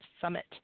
summit